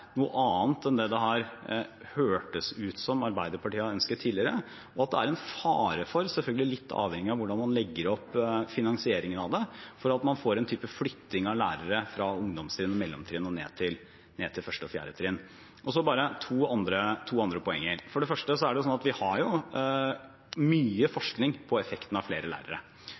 noe annet enn det det har hørtes ut som om Arbeiderpartiet har ønsket tidligere. Det er en fare for, selvfølgelig litt avhengig av hvordan man legger opp finansieringen av det, at man får en type flytting av lærere fra ungdomstrinn og mellomtrinn og ned til 1. og 4. trinn. Så to andre poeng: For det første har vi jo mye forskning på effekten av flere lærere.